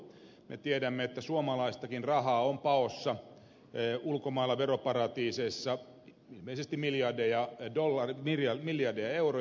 me tiedämme että suomalaistakin rahaa on paossa ulkomailla veroparatiiseissa ilmeisesti miljardeja euroja